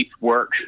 work